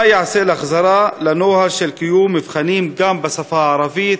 מה ייעשה לחזרה לנוהל של קיום מבחנים גם בשפה הערבית,